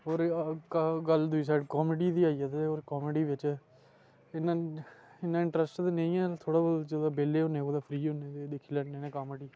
और एह् गल्ल दूई साइड कामेडी दी आई जाए ते कामेडी बिच इन्ना इन्ना इंटरस्ट ते नेंई ऐ पर जेल्लै बेह्ल्ले हुन्ने कुतेै फ्री हुन्ने आं ते दिक्खी लैन्ने हुन्ने कामेडी